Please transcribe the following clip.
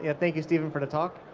yeah thank you steven for the talk.